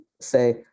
say